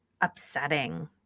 upsetting